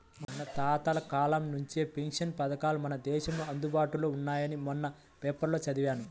మన తాతల కాలం నుంచే పెన్షన్ పథకాలు మన దేశంలో అందుబాటులో ఉన్నాయని మొన్న పేపర్లో చదివాను